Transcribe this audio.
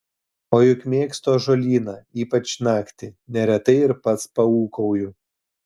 o juk mėgstu ąžuolyną ypač naktį neretai ir pats paūkauju